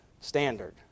standard